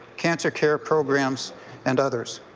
cancer care programs and others.